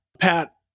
Pat